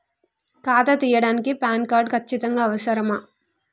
ఖాతా తీయడానికి PAN card ఖచ్చితంగా అవసరమా?